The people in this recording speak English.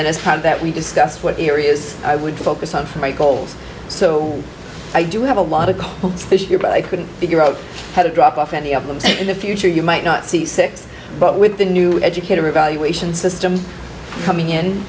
then it's time that we discussed what areas i would focus on for my goals so i do have a lot of books this year but i couldn't figure out how to drop off any of them in the future you might not see six but with the new educator evaluation systems coming in